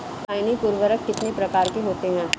रासायनिक उर्वरक कितने प्रकार के होते हैं?